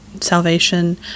salvation